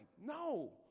No